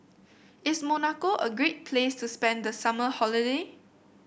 is Monaco a great place to spend the summer holiday